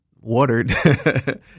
watered